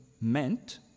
meant